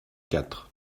quatre